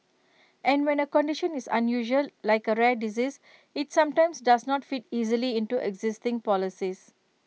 and when A condition is unusual like A rare disease IT sometimes does not fit easily into existing policies